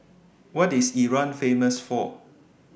What IS Iran Famous For